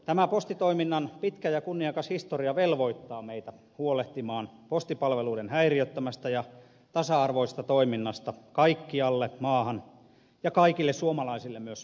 tämä postitoiminnan pitkä ja kunniakas historia velvoittaa meitä huolehtimaan postipalveluiden häiriöttömästä ja tasa arvoisesta toiminnasta kaikkialle maahan ja kaikille suomalaisille myös jatkossa